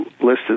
listed